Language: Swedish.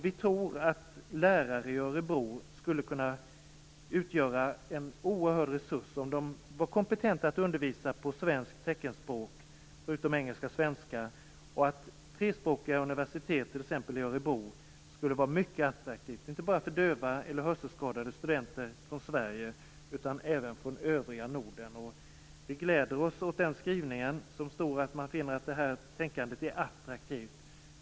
Vi tror att lärare i Örebro skulle kunna utgöra en oerhörd resurs, om de vore kompetenta att undervisa på svenskt teckenspråk, förutom engelska och svenska, och att ett trespråkigt universitetet, t.ex. i Örebro, skulle vara mycket attraktivt, inte bara för döva och hörselskadade studenter från Sverige utan även från övriga Norden. Vi gläder oss åt skrivningen där man finner att detta tänkande är attraktivt.